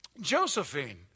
Josephine